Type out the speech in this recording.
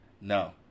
no